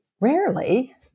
rarely